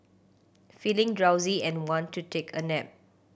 feeling drowsy and want to take a nap